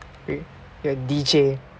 your D_J